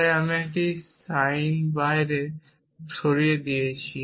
তাই আমি একটি বা সাইন বাইরে সরিয়ে নিয়েছি